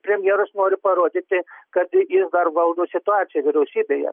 premjeras nori parodyti kad ir jis valdo situaciją vyriausybėje